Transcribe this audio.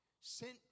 sent